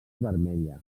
vermella